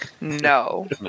No